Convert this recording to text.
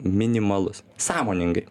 minimalus sąmoningai